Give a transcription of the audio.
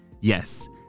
Yes